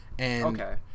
Okay